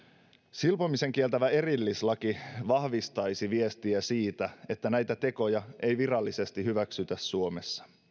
silpomisen kieltävä erillislaki vahvistaisi viestiä siitä että näitä tekoja ei virallisesti hyväksytä suomessa